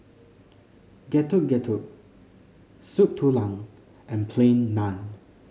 Getuk Getuk Soup Tulang and Plain Naan